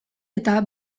eta